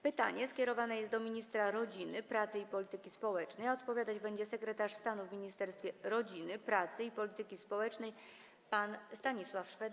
Pytanie skierowane jest do ministra rodziny, pracy i polityki społecznej, a odpowiadać będzie sekretarz stanu w Ministerstwie Rodziny, Pracy i Polityki Społecznej pan Stanisław Szwed.